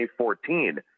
2014